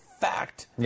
fact